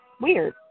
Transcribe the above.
weird